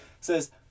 says